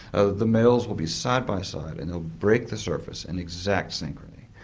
ah the males will be side by side and they'll break the surface in exact synchrony.